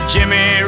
Jimmy